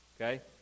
Okay